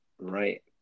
right